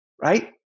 Right